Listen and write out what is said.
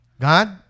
God